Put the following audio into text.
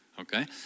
Okay